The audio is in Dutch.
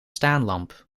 staanlamp